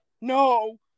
No